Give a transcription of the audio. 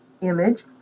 image